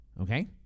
okay